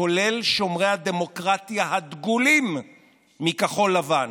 כולל שומרי הדמוקרטיה הדגולים מכחול לבן,